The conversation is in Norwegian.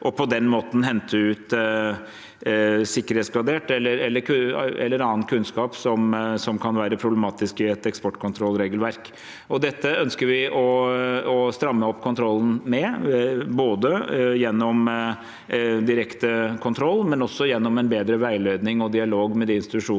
og på den måten hente ut sikkerhetsgradert eller annen kunnskap som kan være problematisk i et eksportkontrollregelverk. Dette ønsker vi å stramme opp kontrollen med, både gjennom direkte kontroll og gjennom en bedre veiledning og dialog med de institusjonene